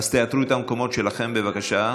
תאתרו את המקומות שלכם, בבקשה.